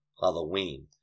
Halloween